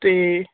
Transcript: ਅਤੇ